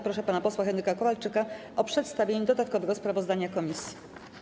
Proszę pana posła Henryka Kowalczyka o przedstawienie dodatkowego sprawozdania komisji.